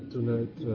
Tonight